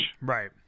Right